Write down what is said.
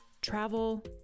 travel